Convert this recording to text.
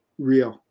real